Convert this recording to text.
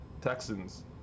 Texans